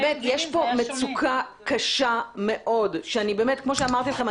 יש כאן מצוקה קשה מאוד שכמו שאמרתי לכם,